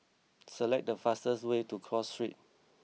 select the fastest way to Cross Street